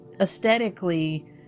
aesthetically